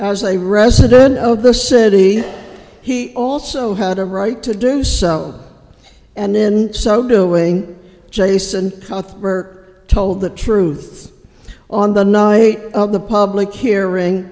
as a resident of the city he also had a right to do sell and in so doing jason burke told the truth on the night of the public hearing